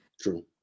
True